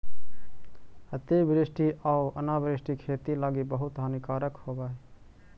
अतिवृष्टि आउ अनावृष्टि खेती लागी बहुत हानिकारक होब हई